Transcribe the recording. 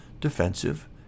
defensive